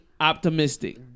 optimistic